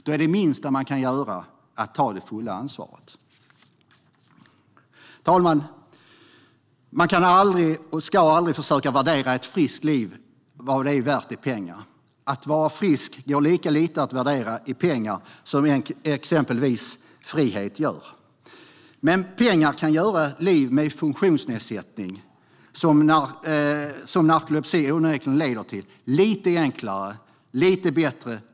Då är det minsta man kan göra att ta det fulla ansvaret. Herr talman! Man kan och ska aldrig försöka värdera ett friskt liv i pengar. Att vara frisk går lika lite att värdera i pengar som exempelvis frihet gör. Men pengar kan göra ett liv med funktionsnedsättning, som narkolepsi onekligen leder till, lite enklare och lite bättre.